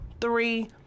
three